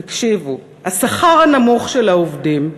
תקשיבו: השכר הנמוך של העובדים,